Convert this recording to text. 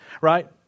right